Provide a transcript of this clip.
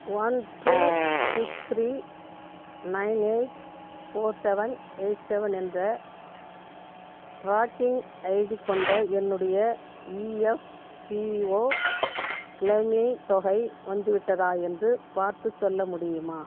one two six three nine eight four seven eight seven என்ற tracking ID கொண்ட என்னுடைய EPFO claiming தொகை வந்துவிட்டதா என்று பார்த்துச் சொல்ல முடியுமா